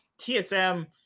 TSM